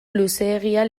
luzeegia